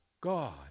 God